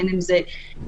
בין אם זה באירוע.